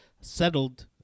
settled